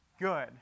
good